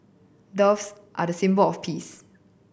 doves are the symbol of peace